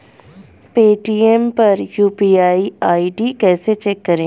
Paytm पर UPI ID कैसे check करें?